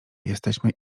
jesteśmy